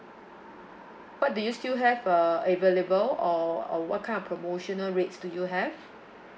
what do you still have uh available or or what kind of promotional rates do you have